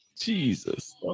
Jesus